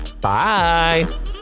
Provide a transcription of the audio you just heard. Bye